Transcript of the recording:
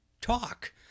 talk